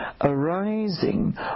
arising